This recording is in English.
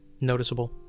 noticeable